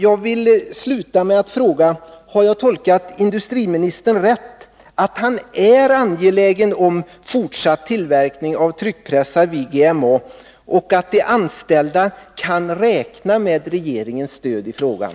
Jag vill sluta med att fråga om jag har tolkat industriministern rätt, när han säger att han är angelägen om fortsatt tillverkning av tryckpressar vid GMA och att de anställda kan räkna med regeringens stöd i frågan.